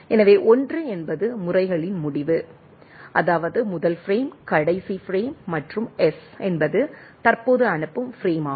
எனவே 1 என்பது முறைகளின் முடிவு அதாவது முதல் பிரேம் கடைசி பிரேம் மற்றும் S என்பது தற்போது அனுப்பும் பிரேமாகும்